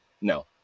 No